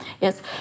Yes